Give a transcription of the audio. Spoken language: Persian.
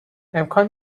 امکان